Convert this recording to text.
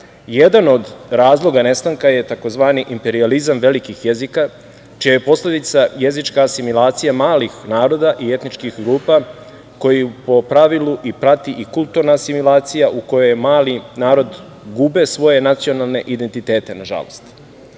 od razloga nestanka je tzv. „imperijalizam velikih jezika“, čija je posledica jezička asimilacija malih naroda i etničkih grupa koju po pravilu prati i kulturna asimilacija u kojoj mali narodi gube svoje nacionalne identiteta, nažalost.